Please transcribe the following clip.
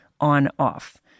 on-off